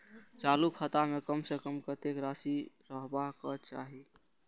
चालु खाता में कम से कम कतेक राशि रहबाक चाही?